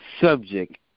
subject